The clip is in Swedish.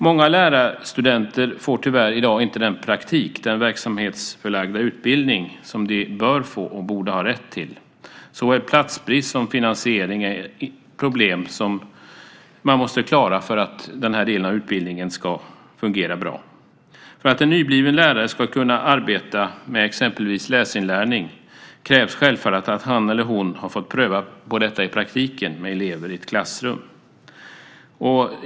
Många lärarstudenter får tyvärr i dag inte den praktik, den verksamhetsförlagda utbildning som de bör få och borde ha rätt till. Såväl platsbrist som finansiering är problem som man måste klara för att den delen av utbildningen ska fungera bra. För att en nybliven lärare ska kunna arbeta med exempelvis läsinlärning krävs självfallet att han eller hon har fått pröva på detta i praktiken med elever i ett klassrum.